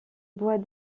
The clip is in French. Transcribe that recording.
bois